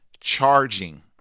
charging